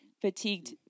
fatigued